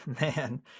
man